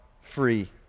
free